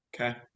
okay